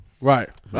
Right